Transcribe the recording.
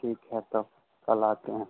ठीक है तब कल आते हैं